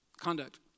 Conduct